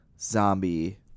zombie